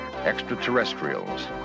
extraterrestrials